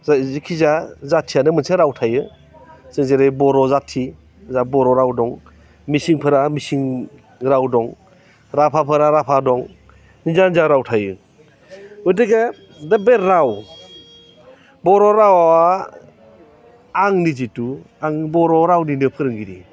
जेखिजाया जाथियानो मोनसे राव थायो जों जेरै बर' जाथि जोंहा बर' राव दं मिसिंफोरा मिसिं राव दं राभाफोरा राभा दं निजा निजा राव थायो गथिखे दा बे राव बर' रावआ आंनि जिथु आं बर' रावनिनो फोरोंगिरि